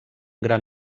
gran